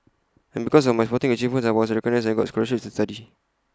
and because of my sporting achievements I was recognised and I got scholarships to study